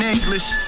English